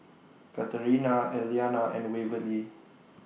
Katerina Elliana and Waverly